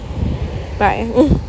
Bye